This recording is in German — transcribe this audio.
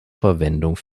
verwendung